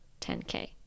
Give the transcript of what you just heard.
10K